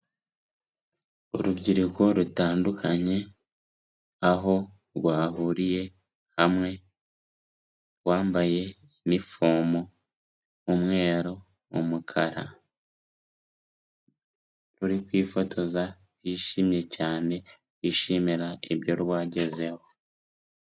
Urubyiruko rutandukanye aho rwahuriye hamwe, rwambaye inifomo, umweru, umukara, ruri kwifotoza bishimye cyane bishimira ibyo rwagezeho.